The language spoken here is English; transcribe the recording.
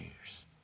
years